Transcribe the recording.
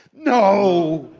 no.